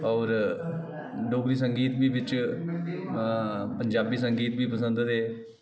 और डोगरी सगीत बी बिच पंजाबी संगीत बी पसंद हे